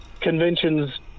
conventions